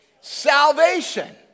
Salvation